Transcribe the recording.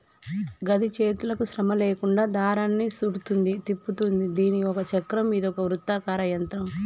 గిది చేతులకు శ్రమ లేకుండా దారాన్ని సుట్టుద్ది, తిప్పుతుంది దీని ఒక చక్రం ఇదొక వృత్తాకార యంత్రం